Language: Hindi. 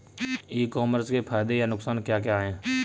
ई कॉमर्स के फायदे या नुकसान क्या क्या हैं?